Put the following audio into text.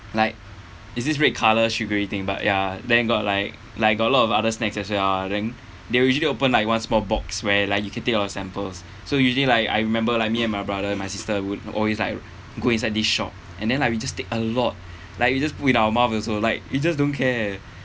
like is this red colour sugary thing but ya then got like like got a lot of other snacks as well lah then they will usually open like one small box where like you can take all the samples so usually like I remember like me and my brother my sister would always like go inside this shop and then like we just take a lot like we just put in our mouth also like we just don't care